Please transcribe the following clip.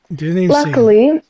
Luckily